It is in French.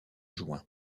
juin